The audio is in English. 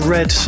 Red